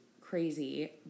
crazy